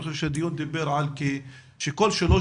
אני חושב שהדיון דיבר על כך שכל שלוש